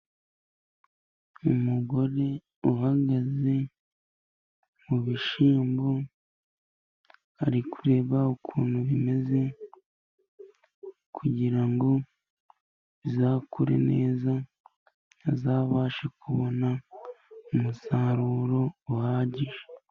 Umugore uhagaze mu bishyimbo ari kureba ukuntu bimeze, kugira ngo bizakure neza azabashe kubona umusaruro uhagije.